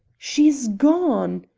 she is gone!